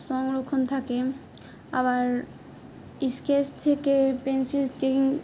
সংরক্ষণ থাকে আবার স্কেচ থেকে পেন্সিল স্কেচিং